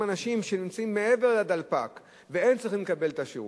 אנשים שנמצאים מעבר לדלפק והם צריכים לקבל את השירות?